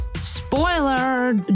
Spoiler